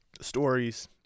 stories